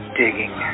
digging